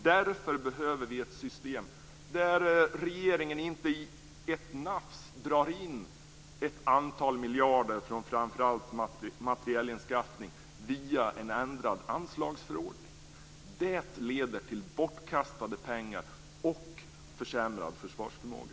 Därför behöver vi ett system där regeringen inte i ett nafs drar in ett antal miljarder från framför allt materielanskaffning via en ändrad anslagsförordning. Det leder till bortkastade pengar och försämrad försvarsförmåga.